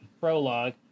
prologue